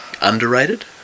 underrated